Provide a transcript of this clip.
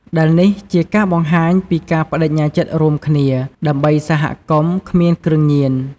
ដែលនេះជាការបង្ហាញពីការប្តេជ្ញាចិត្តរួមគ្នា ដើម្បីសហគមន៍គ្មានគ្រឿងញៀន។